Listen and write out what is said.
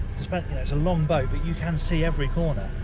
it's but yeah it's a long boat, but you can see every corner,